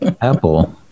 apple